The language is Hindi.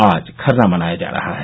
आज खरना मनाया जा रहा है